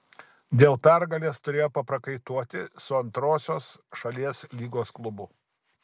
dėl pergalės turėjo paprakaituoti su antrosios šalies lygos klubu